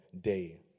day